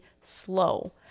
slow